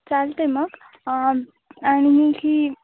चालते आहे मग आणखी